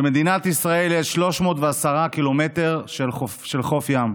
במדינת ישראל 310 קילומטר של חוף ים.